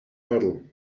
hurdle